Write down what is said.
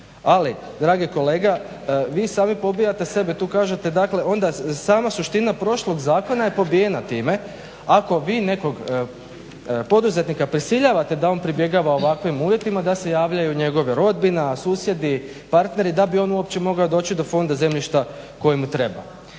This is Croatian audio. ali dragi kolega vi sami pobijate sebe, tu kažete dakle onda sama suština prošlog zakona je pobijena time ako vi nekog poduzetnika prisiljavate da on pribjegava ovakvim uvjetima da se javljaju njegove rodbina, susjedi, partneri da bi on uopće mogao doći do fonda zemljišta koji mu treba.